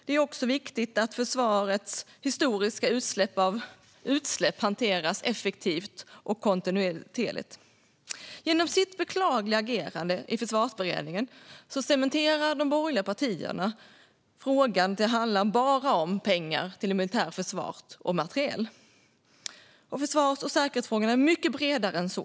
Det är också viktigt att försvarets historiska utsläpp hanteras effektivt och kontinuerligt. Genom det beklagliga agerandet i Försvarsberedningen cementerar de borgerliga partierna frågan så att den bara handlar om pengar till det militära försvaret och materiel. Försvars och säkerhetsfrågan är mycket bredare än så.